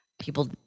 people